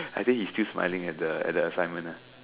I think you still smiling at the at the assignment ah